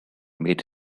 made